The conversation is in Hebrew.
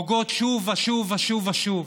פוגעות שוב ושוב ושוב ושוב.